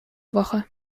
woche